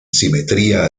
simetría